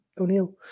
O'Neill